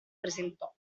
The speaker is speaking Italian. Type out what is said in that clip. presentò